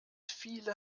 viele